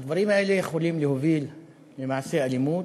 הדברים האלה יכולים להוביל למעשי אלימות,